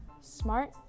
smart